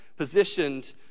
positioned